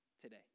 today